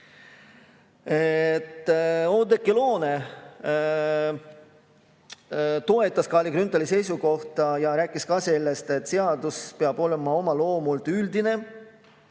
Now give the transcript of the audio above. Oudekki Loone toetas Kalle Grünthali seisukohta ja rääkis ka sellest, et seadus peab olema oma loomult üldine,